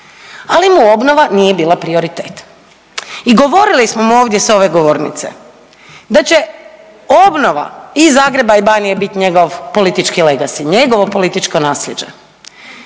ali mu obnova nije bila prioritet. I govorili smo mu ovdje s ove govornice da će obnova i Zagreba i Banije bit njego politički legas i njegovo političko nasljeđe